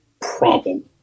problem